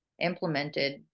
implemented